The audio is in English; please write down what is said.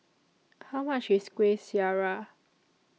How much IS Kuih Syara